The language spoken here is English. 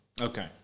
Okay